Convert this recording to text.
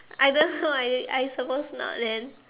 I don't know I I suppose not then